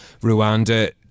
Rwanda